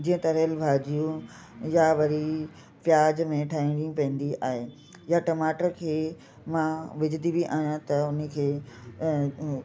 जीअं तरियल भाॼियूं या वरी प्याज में ठाहिणी पवंदी आहे या टमाटर खे मां विझंदी बि आहियां त उनखे